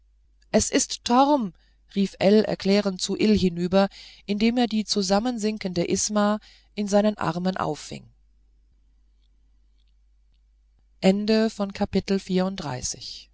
es ist torm rief ell erklärend zu ill hinüber indem er die zusammensinkende isma in seinem arm auffing